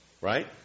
Right